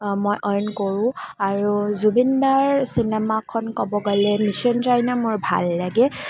মই আৰ্ণ কৰোঁ আৰু জুবিন দাৰ চিনেমাখন ক'ব গ'লে মিছন চাইনা মোৰ ভাল লাগে